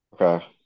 Okay